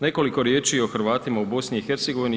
Nekoliko riječi o Hrvatima u BiH-u.